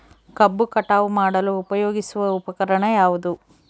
ಕಬ್ಬು ಕಟಾವು ಮಾಡಲು ಉಪಯೋಗಿಸುವ ಉಪಕರಣ ಯಾವುದು?